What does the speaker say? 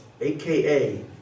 AKA